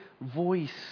voice